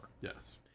Yes